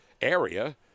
area